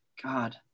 God